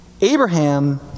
Abraham